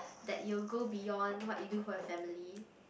that you go beyond what you do for your family